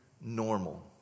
normal